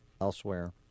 elsewhere